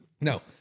No